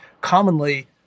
commonly